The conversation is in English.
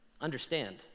understand